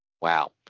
Wow